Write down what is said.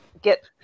Get